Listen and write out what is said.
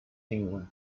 england